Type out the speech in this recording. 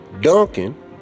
Duncan